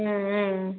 ம் ம்